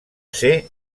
ser